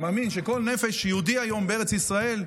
מאמין שכל נפש יהודי היום בארץ ישראל,